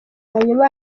hanyuma